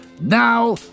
now